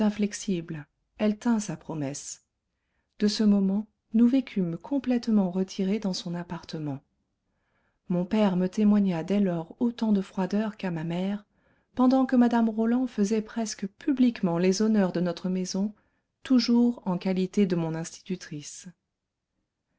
inflexible elle tint sa promesse de ce moment nous vécûmes complètement retirées dans son appartement mon père me témoigna dès lors autant de froideur qu'à ma mère pendant que mme roland faisait presque publiquement les honneurs de notre maison toujours en qualité de mon institutrice